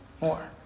more